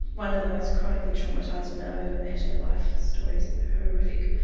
one of the most chronically traumatised women i've ever met, her life story is horrific.